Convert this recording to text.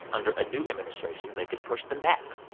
under a new administration, they could push them back.